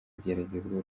igeragezwa